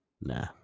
nah